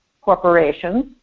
corporations